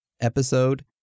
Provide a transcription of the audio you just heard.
episode